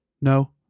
no